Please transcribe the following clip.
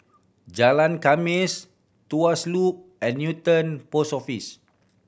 Jalan Khamis Tuas Loop and Newton Post Office